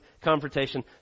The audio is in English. confrontation